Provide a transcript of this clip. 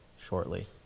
shortly